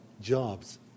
jobs